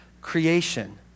creation